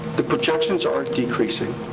the projections are decreasing.